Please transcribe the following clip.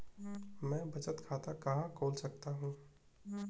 मैं बचत खाता कहाँ खोल सकता हूँ?